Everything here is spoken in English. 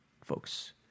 folks